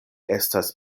estas